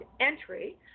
entry